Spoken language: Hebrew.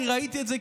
כי ראיתי את זה,